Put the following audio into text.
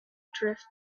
drift